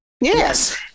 Yes